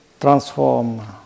transform